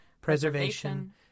preservation